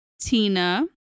Tina